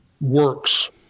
works